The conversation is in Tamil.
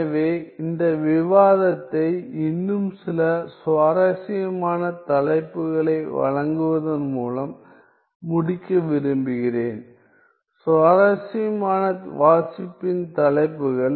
எனவே இந்த விவாதத்தை இன்னும் சில சுவாரஸ்யமான தலைப்புகளை வழங்குவதன் மூலம் முடிக்க விரும்புகிறேன் சுவாரஸ்யமான வாசிப்பின் தலைப்புகள்